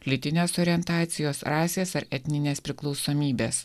lytinės orientacijos rasės ar etninės priklausomybės